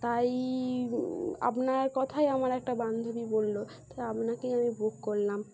তাই আপনার কথা আমার একটা বান্ধবী বলল তাই আপনাকেই আমি বুক করলাম